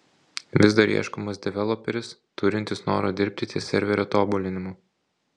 vis dar ieškomas developeris turintis noro dirbti ties serverio tobulinimu